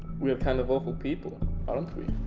we're kind of awful people aren't we?